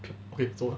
可以做的